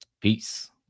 Peace